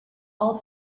all